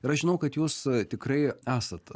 ir aš žinau kad jūs tikrai esat